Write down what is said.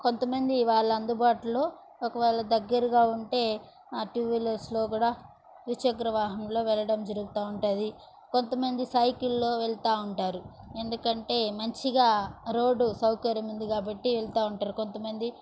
కొంతమంది వాళ్ళ అందుబాటులో ఒకవేల దగ్గరగా ఉంటే ఆ టూ వీలర్స్ లో కూడా ద్విచక్ర వాహనంలో వెళ్ళడం జరుగుతూ ఉంటుంది కొంతమంది సైకిల్లో వెళ్తా ఉంటారు ఎందుకంటే మంచిగా రోడ్డు సౌకర్యం ఉంది కాబట్టి వెళ్తా ఉంటారు కొంతమంది